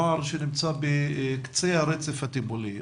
הנוער שנמצא בקצה הרצף הטיפולי,